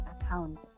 account